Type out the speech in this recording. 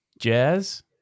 Jazz